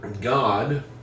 god